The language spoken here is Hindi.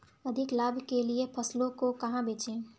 अधिक लाभ के लिए फसलों को कहाँ बेचें?